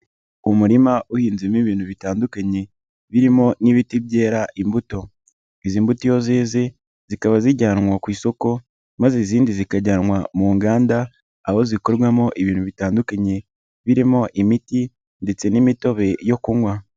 Umurima uhinzemo ibintu bitandukanye birimo nk'ibiti byera imbuto, izi mbuto iyo zeze zikaba zijyanwa ku isoko maze izindi zikajyanwa mu nganda aho zikorwamo ibintu bitandukanye birimo imiti ndetse n'imitobe yo kunywa.